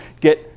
get